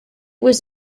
was